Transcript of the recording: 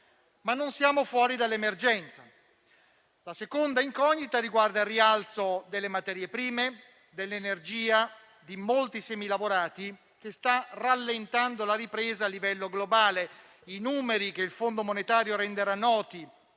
ma non siamo fuori dall'emergenza. La seconda incognita riguarda il rialzo del prezzo delle materie prime, dell'energia e di molti semilavorati, che sta rallentando la ripresa a livello globale. I numeri che il Fondo monetario internazionale